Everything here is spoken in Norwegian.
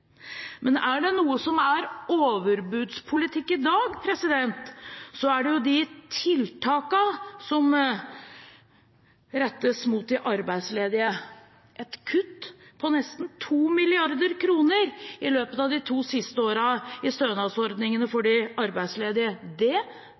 Er det noe som er overbudspolitikk i dag, er det jo de tiltakene som rettes mot de arbeidsledige. Et kutt på nesten 2 mrd. kr i stønadsordningene for de arbeidsledige i løpet av de to siste årene er etter vår mening overbudspolitikk. Det er noe som også de arbeidsledige